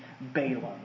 Balaam